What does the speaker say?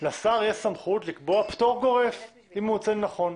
זה שלשר יש סמכות לקבוע פטור גורף אם הוא מוצא לנכון.